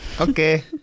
okay